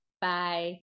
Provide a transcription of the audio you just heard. Bye